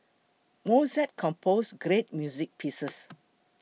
Mozart composed great music pieces